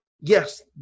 yes